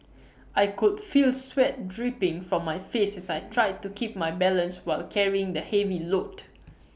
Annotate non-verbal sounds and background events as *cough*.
*noise* I could feel sweat dripping from my face as I tried to keep my balance while carrying the heavy load